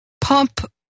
pump